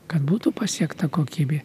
kad būtų pasiekta kokybė